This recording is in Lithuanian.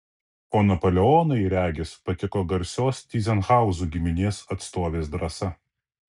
o napoleonui regis patiko garsios tyzenhauzų giminės atstovės drąsa